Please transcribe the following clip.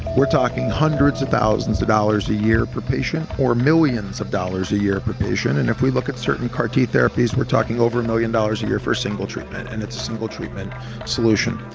we're talking hundreds of thousands of dollars a year per patient or millions of dollars a year per patient. and if we look at certain car t therapies, we're talking over a million dollars a year for single treatment and it's a single treatment solution.